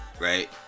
right